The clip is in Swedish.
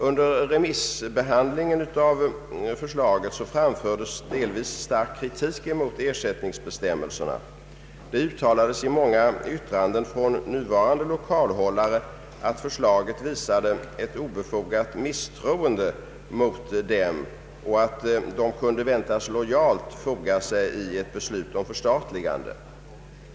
Under remissbehandlingen av förslaget framfördes delvis stark kritik mot ersättningsbestämmelserna. I många yttranden från nuvarande lokalhållare uttalades att förslaget visade ett obefogat misstroende mot dem och att de kunde väntas lojalt foga sig i ett beslut om förstatligande.